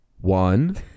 one